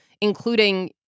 including